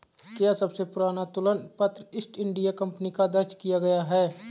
क्या सबसे पुराना तुलन पत्र ईस्ट इंडिया कंपनी का दर्ज किया गया है?